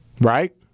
Right